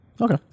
Okay